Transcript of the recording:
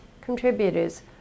contributors